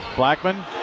Blackman